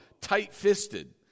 tight-fisted